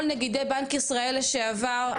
כל נגידי בנק ישראל לשעבר,